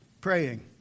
praying